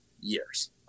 years